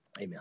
Amen